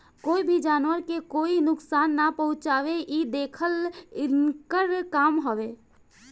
कोई भी जानवर के कोई नुकसान ना पहुँचावे इ देखल इनकर काम हवे